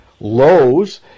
lows